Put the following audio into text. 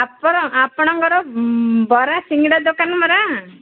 ଆପଣ ଆପଣଙ୍କର ବରା ସିଙ୍ଗଡ଼ା ଦୋକାନ ପରା